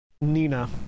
Nina